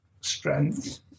strength